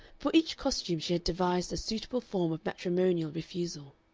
for each costume she had devised a suitable form of matrimonial refusal.